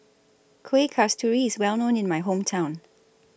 Kueh Kasturi IS Well known in My Hometown